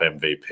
MVP